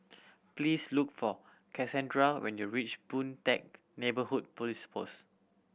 please look for Kassandra when you reach Boon Teck Neighbourhood Police Post